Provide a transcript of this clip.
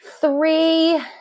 three